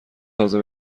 تازه